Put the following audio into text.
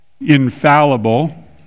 infallible